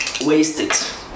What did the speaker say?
wasted